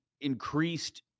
increased